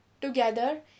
together